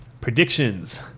predictions